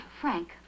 Frank